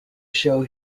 show